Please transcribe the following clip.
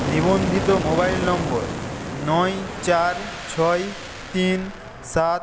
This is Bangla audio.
নিবন্ধিত মোবাইল নম্বর নয় চার ছয় তিন সাত